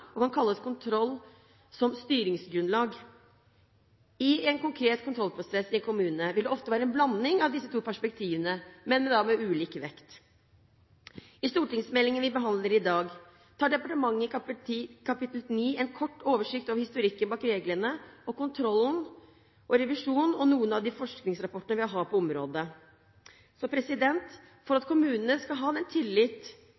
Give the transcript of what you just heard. og kan kalles kontroll som styringsgrunnlag. I en konkret kontrollprosess i en kommune vil det ofte være en blanding av disse to perspektivene, men da med ulik vekt. I stortingsmeldingen vi behandler i dag, gir departementet i kapittel 9 en kort oversikt over historikken bak reglene om kontroll og revisjon og over noen av forskningsrapportene vi har på området. For at kommunene skal ha den tillit hos innbyggerne som de trenger for